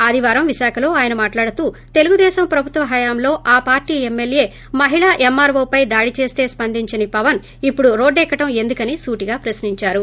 ఆదివారం విశాఖలో ఆయన మాట్లాడుతూ తెలుగుదేశం ప్రభుత్వ హయంలో ఆ పార్టీ ఎమ్మెల్యే మహిళా ఎమ్మార్యోపై దాడి చేస్తే స్సందించని పవన్ ఇప్పుడు రోడ్లెక్కడం ఎందుకని సూటిగా ప్రశ్నించారు